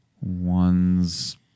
one's